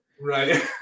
Right